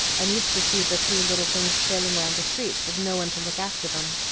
and used to see the three little things trailing round the streets with no one to look after them.